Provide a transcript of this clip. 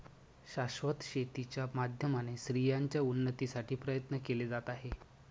शाश्वत शेती च्या माध्यमाने स्त्रियांच्या उन्नतीसाठी प्रयत्न केले जात आहे